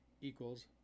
equals